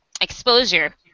exposure